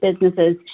businesses